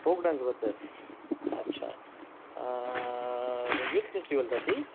folk डान्सबद्दल अच्छा मग युथ फेस्टिवलसाठी